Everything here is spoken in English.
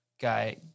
guy